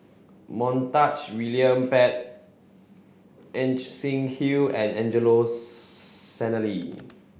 Montague William Pett Ajit Singh Hill and Angelo Sanelli